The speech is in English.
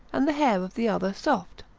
and the hair of the other soft.